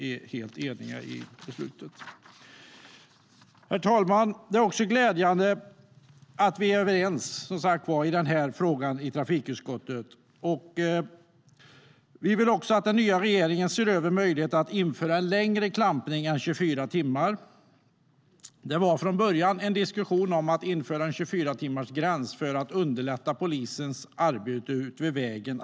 Det är också glädjande att vi är överens om frågan i trafikutskottet. Vi vill att den nya regeringen ser över möjligheten att införa en längre klampning än 24 timmar. Det var från början en diskussion om att införa en 24-timmarsgräns för att underlätta polisens arbete ute vid vägen.